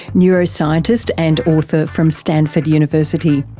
neuroscientist and author from stanford university.